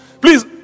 please